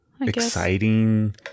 exciting